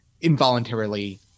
involuntarily